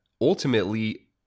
ultimately